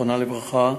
זיכרונה לברכה,